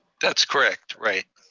that's correct, right.